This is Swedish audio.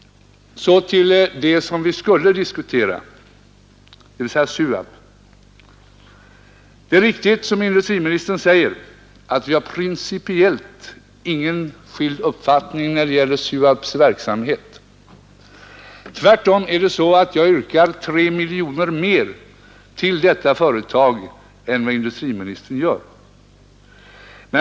Så till det som vi skulle diskutera, dvs. SUAB. Det är riktigt som industriministern säger, att vi principiellt inte har skilda uppfattningar när det gäller SUAB:s verksamhet. Tvärtom är det så att jag yrkar 3 miljoner mer till detta företag än vad industriministern gör.